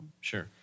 Sure